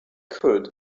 could